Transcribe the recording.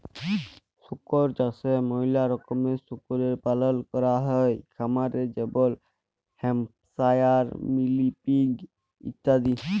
শুকর চাষে ম্যালা রকমের শুকরের পালল ক্যরাক হ্যয় খামারে যেমল হ্যাম্পশায়ার, মিলি পিগ ইত্যাদি